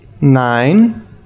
Nine